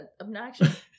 obnoxious